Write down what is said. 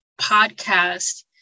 podcast